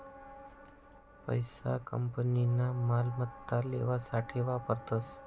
पैसा कंपनीना मालमत्ता लेवासाठे वापरतस